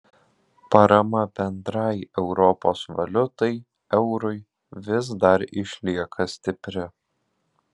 parama bendrai europos valiutai eurui vis dar išlieka stipri